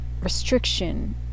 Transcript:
restriction